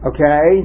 Okay